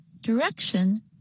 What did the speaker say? Direction